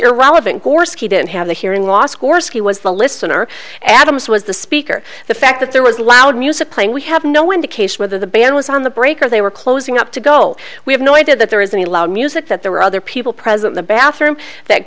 irrelevant gorski didn't have the hearing loss of course he was the listener adams was the speaker the fact that there was loud music playing we have no indication whether the band was on the break or they were closing up to gold we have no idea that there is any loud music that there were other people present the bathroom that